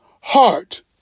heart